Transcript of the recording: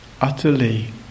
utterly